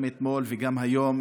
גם אתמול וגם היום,